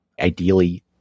ideally